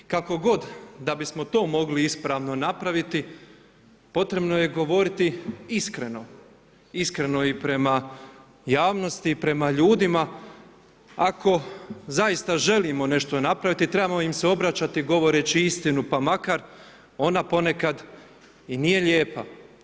Kako god, da bismo to mogli ispravno napraviti, potrebno je govoriti iskreno, iskreno i prema javnosti i prema ljudima, ako zaista želimo nešto napraviti, trebamo im se obraćati govoreći istinu, pa makar ona ponekad i nije lijepa.